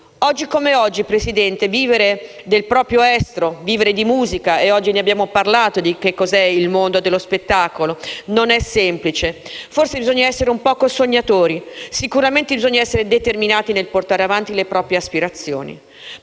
Oggi come oggi, signora Presidente, vivere del proprio estro, vivere di musica - abbiamo appena parlato di cosa è il mondo dello spettacolo - non è semplice: bisogna essere un po' sognatori e sicuramente bisogna essere determinati nel portare avanti le proprie aspirazioni,